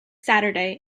saturday